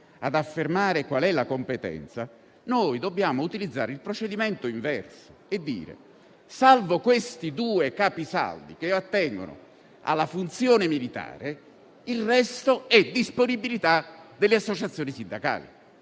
ad affermare di chi è la competenza, dobbiamo utilizzare il procedimento inverso e dire che, salvo questi due capisaldi, che attengono alla funzione militare, il resto è nella disponibilità delle associazioni sindacali.